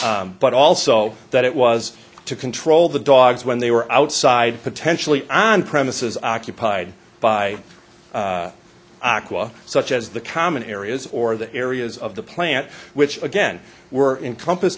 marley but also that it was to control the dogs when they were outside potentially on premises occupied by aqua such as the common areas or the areas of the plant which again were in compas